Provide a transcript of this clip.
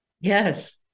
Yes